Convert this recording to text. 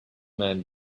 man